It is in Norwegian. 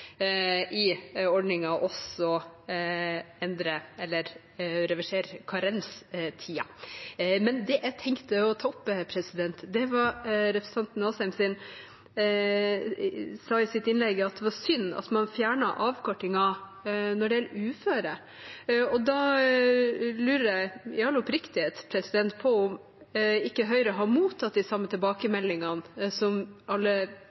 i ordningen og også å reversere karenstiden. Men det jeg tenkte å ta opp, var det representanten Asheim sa i sitt innlegg om at det var synd at man fjernet avkortingen når det gjelder uføre. Da lurer jeg – i all oppriktighet – på om ikke Høyre har mottatt de samme tilbakemeldingene som alle